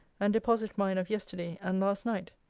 and deposit mine of yesterday, and last night.